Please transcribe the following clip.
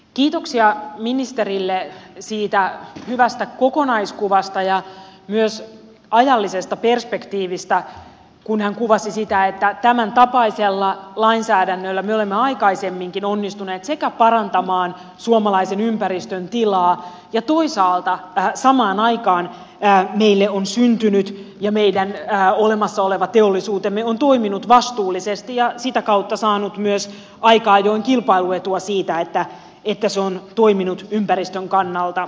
kiitoksia ministerille hyvästä kokonaiskuvasta ja myös ajallisesta perspektiivistä kun hän kuvasi sitä että tämäntapaisella lainsäädännöllä me olemme aikaisemminkin onnistuneet parantamaan suomalaisen ympäristön tilaa ja toisaalta samaan aikaan meille on syntynyt ja meidän olemassa oleva teollisuutemme on toiminut vastuullisesti ja sitä kautta saanut myös aika ajoin kilpailuetua siitä että se on toiminut ympäristön kannalta hyvin